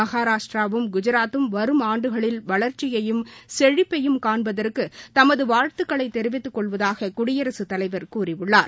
மகராஷ்டிராவும் குஜராத்தும் வரும் ஆண்டுகளில் வளர்ச்சியையும் செழிப்பையும் காண்பதற்கு தமது வாழ்த்துக்களைத் தெரிவித்துக் கொள்வதாக குடியரசுத் தலைவர் கூறியுள்ளார்